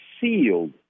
sealed